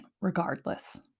regardless